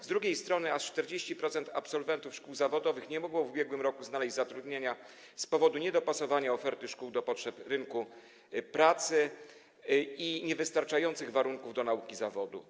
Z drugiej strony aż 40% absolwentów szkół zawodowych nie mogło w ubiegłym roku znaleźć zatrudnienia z powodu niedopasowania oferty szkół do potrzeb rynku pracy i niewystarczających warunków do nauki zawodu.